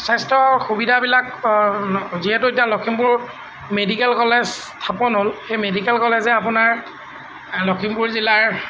স্বাস্থ্যৰ সুবিধাবিলাক যিহেতু এতিয়া লখিমপুৰ মেডিকেল কলেজ স্থাপন হ'ল এই মেডিকেল কলেজে আপোনাৰ লখিমপুৰ জিলাৰ